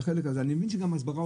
ואני מבין שעושים הסברה,